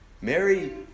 Mary